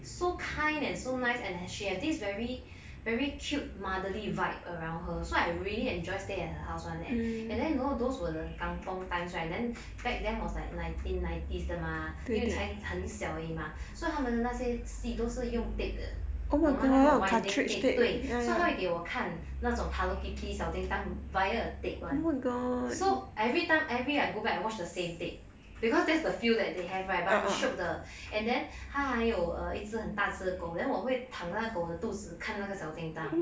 so kind and so nice and has she has this very very cute motherly vibe around her so I really enjoy staying at her house [one] eh and then you know those were the kampung times right and then back then was like nineteen nineties 的吗因为你才很小而已吗 mah 所以他们那些戏都是用 tape 的 you know mah 那种 winding tape 对 oh 她会给我看那种 hello kitty 小叮当 via 的 tape [one] so every time every~I go back I watch the same tape because there's the few that they have right but 很 shiok 的 and then 她还有一只大只的狗 then 我会躺在狗的肚子看那个小叮当